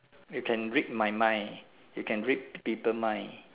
you can read my mind you can read people mind